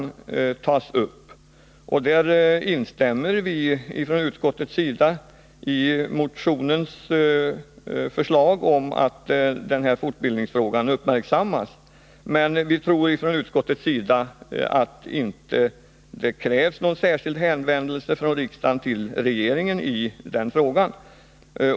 Utskottet instämmer i motionärernas åsikt att fortbildningsfrågan bör uppmärksammas, men utskottet tror inte att det krävs någon särskild hänvändelse från riksdagen till regeringen i den frågan.